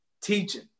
teaching